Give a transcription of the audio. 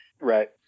Right